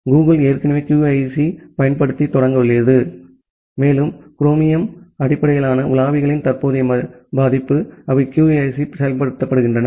Google ஏற்கனவே QUIC ஐப் பயன்படுத்தத் தொடங்கியுள்ளது மேலும் குரோமியம் அடிப்படையிலான உலாவிகளின் தற்போதைய பதிப்பு அவை QUIC ஐ செயல்படுத்துகின்றன